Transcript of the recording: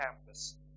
campus